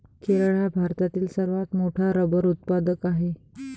केरळ हा भारतातील सर्वात मोठा रबर उत्पादक आहे